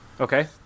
Okay